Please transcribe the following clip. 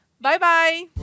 Bye-bye